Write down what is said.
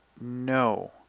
no